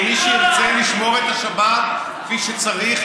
ומי שירצה לשמור את השבת כפי שצריך,